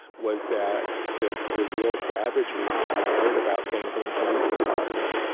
was that the the real savagery that we heard about came from the police department